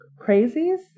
crazies